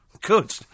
good